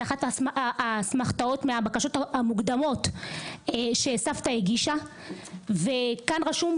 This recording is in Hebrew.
זה אחת האסמכתאות מהבקשות המוקדמות שסבתא הגישה וכאן רשום,